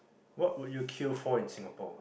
what will you que for in Singapore